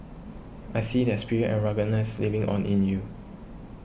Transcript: I see their spirit and ruggedness living on in you